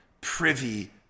privy